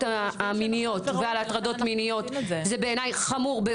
המיניות ועל הטרדות מיניות --- אנחנו חושבים שנכון וראוי,